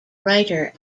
writer